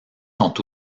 sont